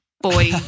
boy